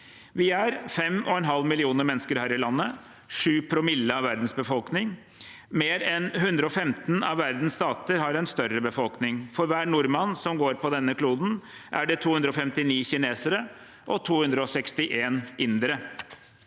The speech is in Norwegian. og en halv millioner mennesker her i landet – 7 promille av verdens befolkning. Mer enn 115 av verdens stater har en større befolkning. For hver nordmann som går på denne kloden, er det 259 kinesere og 261 indere.